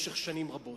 במשך שנים רבות.